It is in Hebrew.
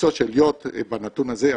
קוצו של יו"ד בנתון הזה,